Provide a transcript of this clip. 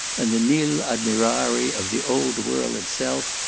and the nil admirari of the old world itself,